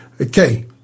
Okay